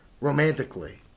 romantically